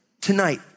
tonight